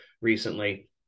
recently